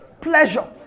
pleasure